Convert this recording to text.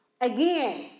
Again